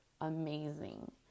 amazing